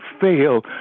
fail